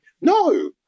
No